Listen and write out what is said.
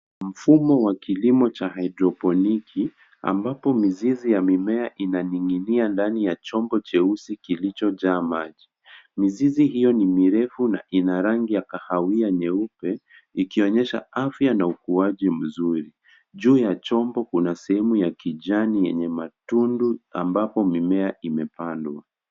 Mfumo wa kilimo cha hydroponic , ambapo mizizi ya mimea inaning'inia ndani ya chombo cheusi kilichojaa maji. Mizizi hiyo ni mirefu na ina rangi ya kahawia nyeupe, ikionyesha afya na ukuaji mzuri. Juu ya chombo kuna sehemu ya kijani yenye matundu, ambapo mimea imepandwa.